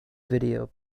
video